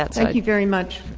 thank you very much.